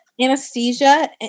anesthesia